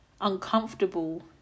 uncomfortable